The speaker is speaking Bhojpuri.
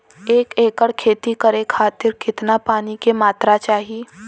एक एकड़ खेती करे खातिर कितना पानी के मात्रा चाही?